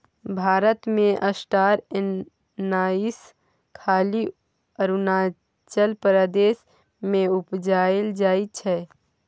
भारत मे star anise खाली अरुणाचल प्रदेश मे उपजाएल जाइ छै